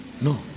No